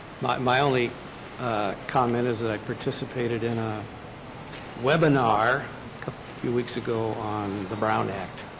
my my only comment is that i participated in a webinar a few weeks ago on the brown act.